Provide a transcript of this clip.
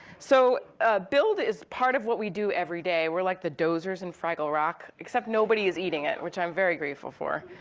so a build is part of what we do every day. we're like the dozers in fraggle rock, except nobody is eating it, which i'm very grateful for.